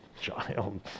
child